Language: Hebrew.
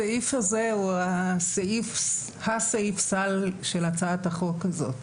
הסעיף הזה הוא הסעיף סל של הצעת החוק הזאת.